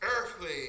earthly